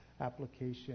application